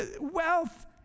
wealth